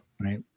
Right